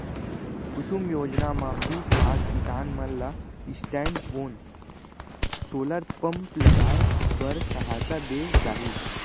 कुसुम योजना म बीस लाख किसान मन ल स्टैंडओन सोलर पंप लगाए बर सहायता दे जाही